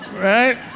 right